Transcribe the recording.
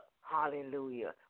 hallelujah